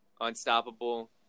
unstoppable